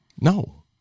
No